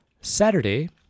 Saturday